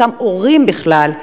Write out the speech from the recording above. לאותם הורים בכלל,